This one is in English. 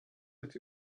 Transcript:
that